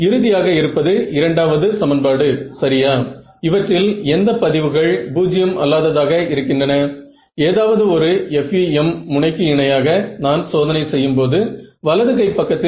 ஏனென்றால் நேரியல் இயற்கணிதம் அணிகள் மற்றும் வெக்டர்கள் வேறு வேறானவை